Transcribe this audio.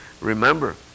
Remember